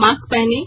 mask पहनें